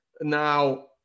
Now